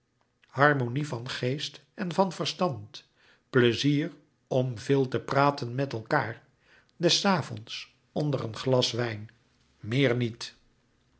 harmonie van geest en van verstand pleizier om veel te praten met elkaâr des avonds onder een glas wijn meer niet